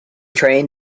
trained